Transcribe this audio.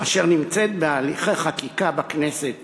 אשר נמצאת בהליכי חקיקה בכנסת